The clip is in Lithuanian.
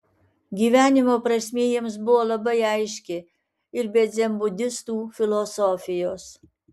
gyvenimo prasmė jiems buvo labai aiški ir be dzenbudistų filosofijos